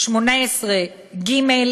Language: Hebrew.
18(ג):